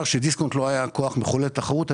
שדיסקונט לא היה כוח מחולל תחרות.